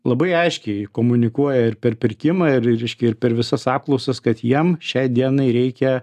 labai aiškiai komunikuoja ir per pirkimą ir reiškia ir per visas apklausas kad jiem šiai dienai reikia